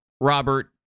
Robert